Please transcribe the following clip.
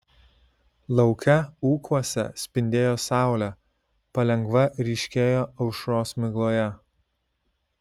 lauke ūkuose spindėjo saulė palengva ryškėjo aušros migloje